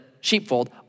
sheepfold